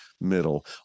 middle